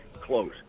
close